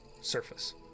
surface